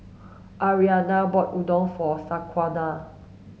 Ariane bought Udon for Shaquana